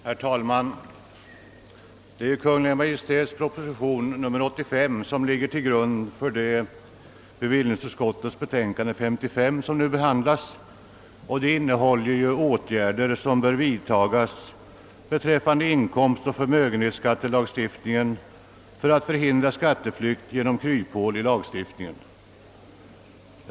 Herr talman! Kungl. Maj:ts proposition nr 85 ligger till grund för bevillningsutskottets betänkande nr 55 som nu behandlas. Förslaget innehåller åtgärder som bör vidtagas beträffande lagstiftningen om inkomstoch förmögenhetsskatt för att förhindra skatteflykt genom kryphål i lagstiftningen.